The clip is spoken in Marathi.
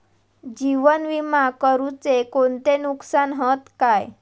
जीवन विमा करुचे कोणते नुकसान हत काय?